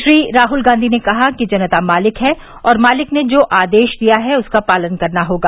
श्री राहुल गांधी ने कहा कि जनता मालिक है और मालिक ने जो आदेश दिया है उसका पालन करना होगा